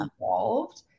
involved